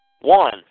One